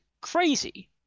crazy